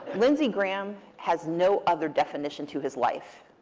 lindsey graham has no other definition to his life.